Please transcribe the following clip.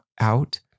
out